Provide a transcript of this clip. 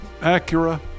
Acura